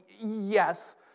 yes